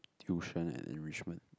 tuition and enrichment